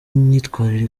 imyitwarire